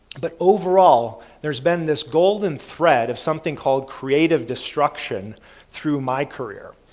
but overall, there has been this golden threat of something called creative destruction through my career.